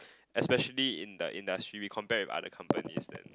especially in the industry we compare with other companies then